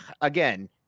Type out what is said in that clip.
again